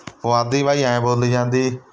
ਪੁਆਧੀ ਬਾਈ ਐਂ ਬੋਲੀ ਜਾਂਦੀ